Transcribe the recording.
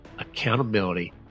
accountability